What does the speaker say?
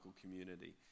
community